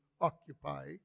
occupy